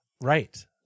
Right